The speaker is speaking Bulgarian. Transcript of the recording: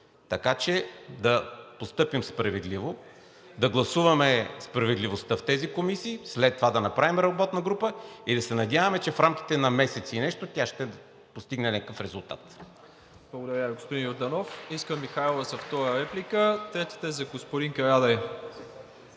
Така че да постъпим справедливо, да гласуваме справедливостта в тези комисии, след това да направим работна група и да се надяваме, че в рамките на месец и нещо тя ще постигне някакъв резултат.